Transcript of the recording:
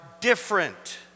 different